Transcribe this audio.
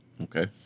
Okay